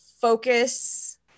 focus